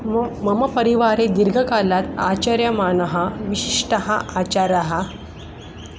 मम मम परिवारे दीर्घकालात् आचर्यमाणः विशिष्टः आचारः